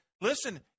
listen